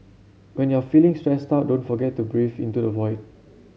when you are feeling stressed out don't forget to breathe into the void